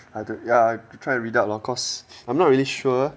I I tried to read up lor cause I'm not really sure